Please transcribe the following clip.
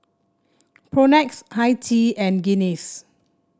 Propnex Hi Tea and Guinness